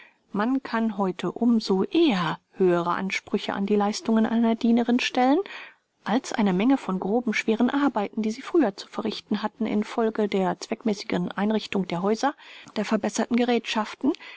man kann heute um so eher höhere ansprüche an die leistungen einer dienerin stellen als eine menge von groben schweren arbeiten die sie früher zu verrichten hatten in folge der zweckmäßigeren einrichtung der häuser der verbesserten geräthschaften